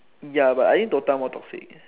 ya but I think DOTA more toxic leh